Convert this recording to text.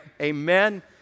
Amen